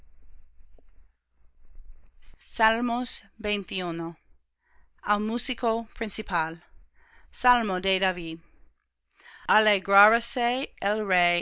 la tierra al músico principal salmo de david